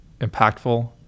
impactful